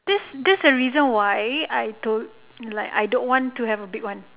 that's that's the reason why I don't like I don't want to have a big one